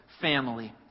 family